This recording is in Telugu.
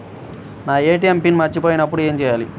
నా ఏ.టీ.ఎం పిన్ మరచిపోయినప్పుడు ఏమి చేయాలి?